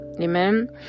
amen